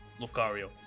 Lucario